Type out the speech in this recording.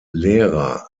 lehrer